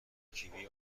کیوی